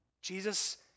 Jesus